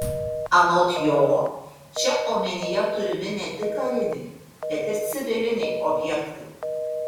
anot jo čia omenyje turimi ne tik kariniai bet ir civiliniai objektai